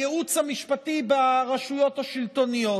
הייעוץ המשפטי ברשויות השלטוניות.